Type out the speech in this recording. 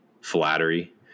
flattery